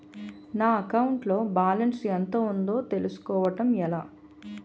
నా అకౌంట్ లో బాలన్స్ ఎంత ఉందో తెలుసుకోవటం ఎలా?